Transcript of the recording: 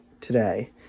today